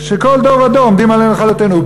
"שכל דור ודור עומדים עלינו לכלותנו".